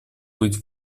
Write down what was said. быть